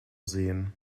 sehen